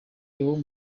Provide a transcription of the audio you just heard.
leon